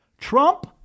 Trump